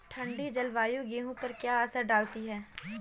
ठंडी जलवायु गेहूँ पर क्या असर डालती है?